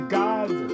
god